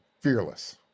Fearless